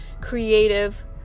creative